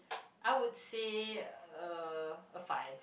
I would say uh a five